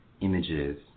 images